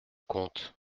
comte